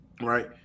Right